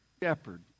shepherd